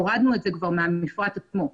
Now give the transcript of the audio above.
הורדנו את זה מהמפרט עצמו.